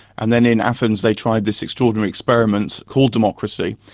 and then in athens they tried this extraordinary experiment called democracy.